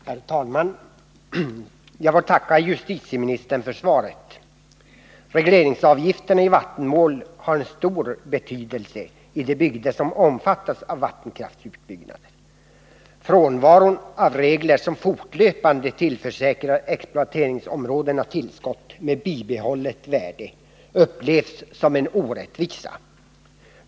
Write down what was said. Herr talman! Jag får tacka justitieministern för svaret. Regleringsavgifterna i vattenmål har en stor betydelse i de bygder som omfattas av vattenkraftsutbyggnader. Frånvaron av regler, som fortlöpande tillförsäkrar exploateringsområdena tillskott med bibehållet värde, upplevs som en orättvisa.